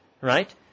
right